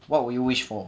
what would you wish for